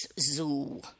zoo